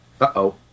Uh-oh